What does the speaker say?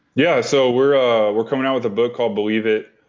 yeah. so we're ah we're coming out with a book called believe it.